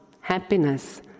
happiness